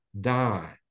die